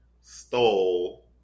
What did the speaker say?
stole